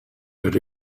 but